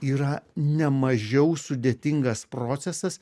yra ne mažiau sudėtingas procesas